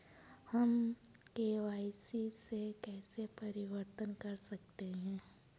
हम के.वाई.सी में कैसे परिवर्तन कर सकते हैं?